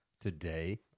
today